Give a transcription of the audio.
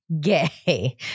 gay